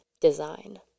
design